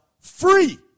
free